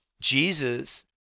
Jesus